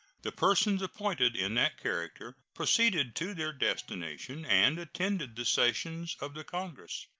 the persons appointed in that character proceeded to their destination and attended the sessions of the congress.